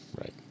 right